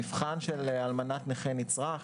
המבחן של אלמנת נכה נצרך,